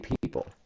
people